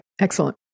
Excellent